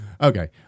Okay